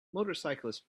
motorcyclist